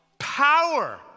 Power